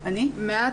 איך